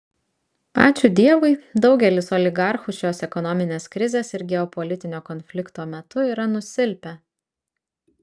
ačiū dievui daugelis oligarchų šios ekonominės krizės ir geopolitinio konflikto metų yra nusilpę